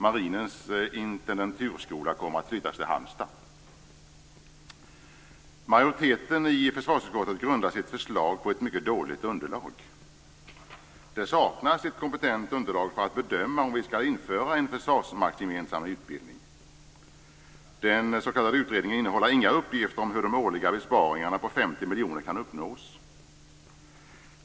Marinens intendenturskola kommer att flyttas till Halmstad. Majoriteten i försvarsutskottet grundar sitt förslag på ett mycket dåligt underlag. Det saknas ett kompetent underlag för att bedöma om vi skall införa en försvarsmaktsgemensam utbildning. Den s.k. utredningen innehåller inga uppgifter om hur de årliga besparingarna på 50 miljoner kan uppnås.